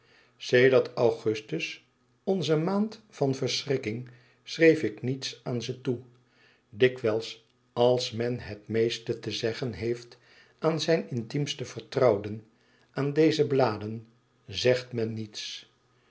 sedert augustus onze maand van verschrikking schreef ik niets aan ze toe dikwijls als men het meeste te zeggen heeft aan zijn intiemste vertrouwden aan deze bladen zegt men niets